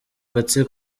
kari